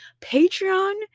Patreon